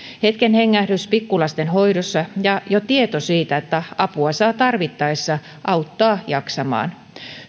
hetken hengähdys pikkulasten hoidossa ja jo tieto siitä että apua saa tarvittaessa auttaa jaksamaan